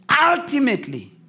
ultimately